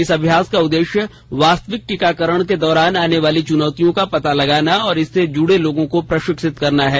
इस अभ्यास का उद्देश्य वास्तविक टीकाकरण के काम के दौरान आने वाली चूनौतियों का पता लगाना तथा इससे जुडे लोगों को प्रशिक्षित करना है